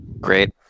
Great